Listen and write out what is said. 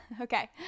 Okay